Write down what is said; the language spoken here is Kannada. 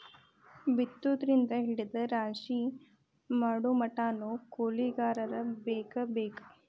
ಬಿತ್ತುದರಿಂದ ಹಿಡದ ರಾಶಿ ಮಾಡುಮಟಾನು ಕೂಲಿಕಾರರ ಬೇಕ ಬೇಕ